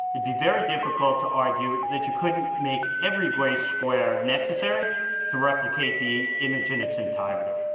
it'd be very difficult to argue that you couldn't make every gray square necessary to replicate the image in its entirety.